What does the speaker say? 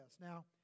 Now